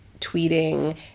tweeting